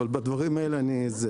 אבל בדברים האלה אני פחות.